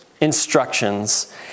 instructions